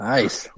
Nice